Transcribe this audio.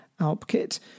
Alpkit